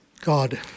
God